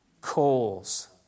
coals